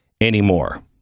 anymore